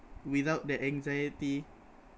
without the anxiety